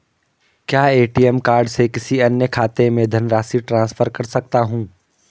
क्या ATM card से किसी अन्य खाते में धनराशि ट्रांसफर कर सकता हूँ?